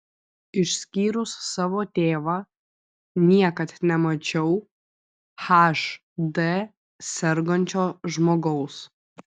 išskyrus savo tėvą niekad nemačiau hd sergančio žmogaus